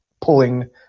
pulling